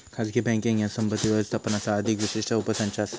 खाजगी बँकींग ह्या संपत्ती व्यवस्थापनाचा अधिक विशिष्ट उपसंच असा